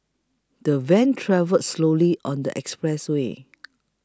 the van travelled slowly on the expressway